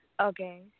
Okay